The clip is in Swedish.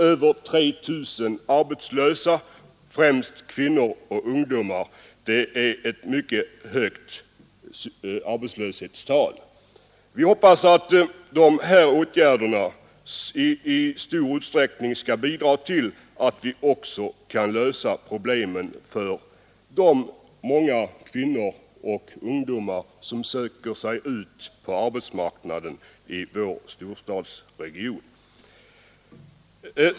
Över 3 000 arbetslösa, främst kvinnor och ungdomar, är ett mycket högt arbetslöshetstal. Vi hoppas att åtgärderna i stor utsträckning skall bidra till att vi också kan lösa problemen för de många kvinnor och ungdomar som söker sig ut på arbetsmarknaden i vår storstadsregion.